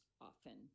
often